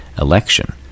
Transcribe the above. election